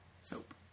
Soap